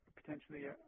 potentially